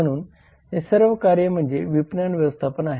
म्हणून हे सर्व कार्य म्हणजे विपणन व्यवस्थापन आहे